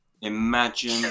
imagine